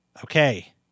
okay